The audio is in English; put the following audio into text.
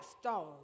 stone